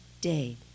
day